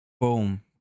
boom